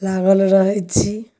लागल रहैत छी